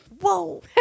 Whoa